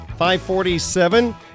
547